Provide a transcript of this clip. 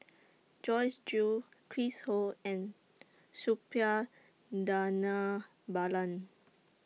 Joyce Jue Chris Ho and Suppiah Dhanabalan